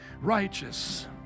righteous